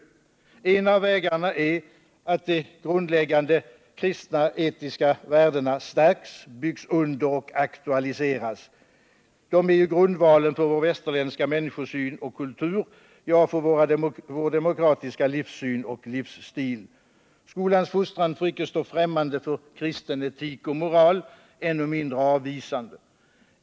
En av vägarna är att de grundläggande kristna etiska värdena stärks, byggs under och aktualiseras. De är ju grundvalen för vår västerländska människosyn och kultur, ja, för vår demokratiska livssyn och livsstil. Skolans fostran får icke stå främmande för kristen etik och moral, ännu mindre avvisande.